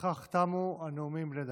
בכך תמו הנאומים בני דקה.